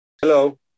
Hello